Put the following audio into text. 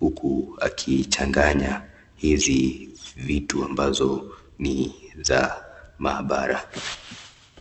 huku akichanga ya hizi vitu ambavyo simitu ambazo ni sa mahabara.